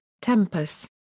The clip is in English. Tempest